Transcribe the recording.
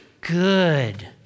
good